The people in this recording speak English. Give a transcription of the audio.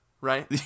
right